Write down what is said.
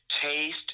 taste